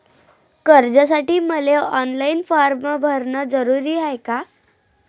कर्जासाठी मले online form भरन जरुरीच हाय का?